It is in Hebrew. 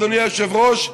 אדוני היושב-ראש,